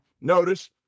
notice